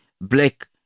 black